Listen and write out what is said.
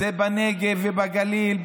זה בנגב ובגליל,